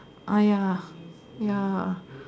ah ya ya